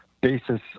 basis